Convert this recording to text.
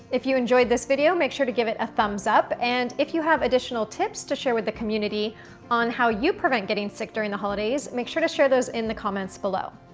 if you enjoyed this video make sure to give it a thumbs up and if you have additional tips to share with the community on how you prevent getting sick during the holidays, make sure to share those in the comments below.